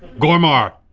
gurmar.